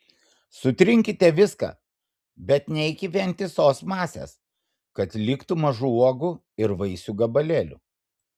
sutrinkite viską bet ne iki vientisos masės kad liktų mažų uogų ir vaisių gabalėlių